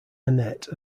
annette